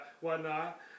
whatnot